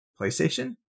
PlayStation